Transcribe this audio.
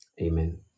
amen